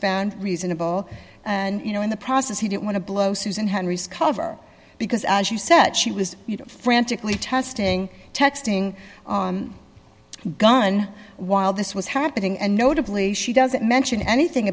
found reasonable and you know in the process he didn't want to blow susan henry's cover because as you said she was frantically testing texting gun while this was happening and notably she doesn't mention anything